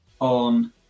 on